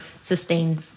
sustained